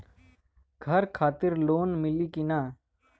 घर खातिर लोन मिली कि ना?